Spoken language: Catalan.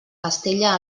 estella